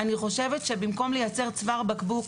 אני חושבת שבמקום לייצר צוואר בקבוק,